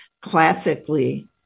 classically